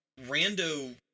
rando